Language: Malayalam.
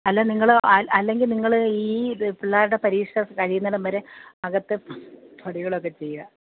അല്ല നിങ്ങൾ അല്ലെങ്കിൽ നിങ്ങൾ ഈ പിള്ളേരുടെ പരീക്ഷ കഴിയുന്നിടം വരെ അകത്തെ പണികളൊക്കെ ചെയ്യുക